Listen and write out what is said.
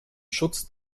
schutz